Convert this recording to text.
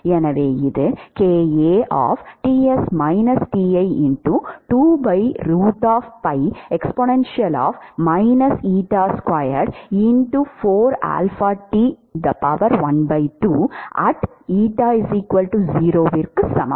எனவே இது க்கு சமம்